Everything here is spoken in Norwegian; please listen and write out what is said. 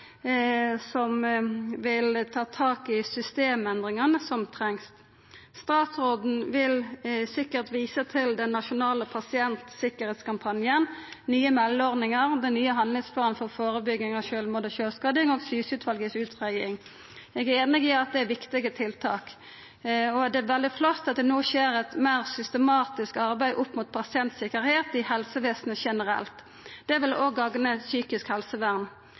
som vil ta tak i systemendringane som trengst. Statsråden vil sikkert visa til den nasjonale pasientsikkerheitskampanjen, nye meldeordningar, den nye handlingsplanen for førebygging av sjølvmord og sjølvskading og Syse-utvalets utgreiing. Eg er einig i at det er viktige tiltak. Og det er veldig flott at det no skjer eit meir systematisk arbeid med pasientsikkerheit i helsevesenet generelt. Det vil òg gagna psykisk helsevern.